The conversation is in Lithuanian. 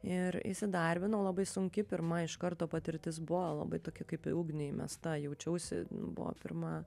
ir įsidarbinau labai sunki pirma iš karto patirtis buvo labai tokia kaip į ugnį įmesta jaučiausi nu buvo pirma